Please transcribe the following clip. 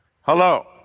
Hello